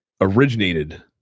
originated